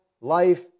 life